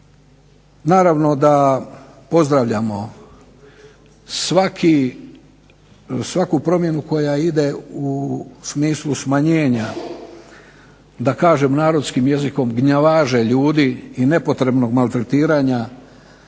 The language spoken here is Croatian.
naravno da pozdravljamo svaku promjenu koja ide u smislu smanjenja, da kažem narodskim jezikom gnjavaže ljudi i nepotrebnog maltretiranja